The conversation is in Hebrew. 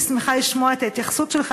הייתי שמחה לשמוע את ההתייחסות שלך